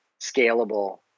scalable